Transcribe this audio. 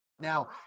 Now